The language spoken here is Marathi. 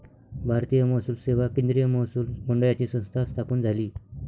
भारतीय महसूल सेवा केंद्रीय महसूल मंडळाची संस्था स्थापन झाली